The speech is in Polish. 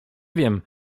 wiem